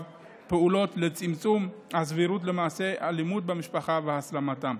פעולות לצמצום הסבירות למעשי אלימות במשפחה והסלמתם.